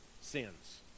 sins